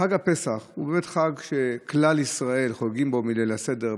חג הפסח הוא באמת חג שכלל ישראל חוגגים בו בליל הסדר,